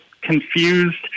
Confused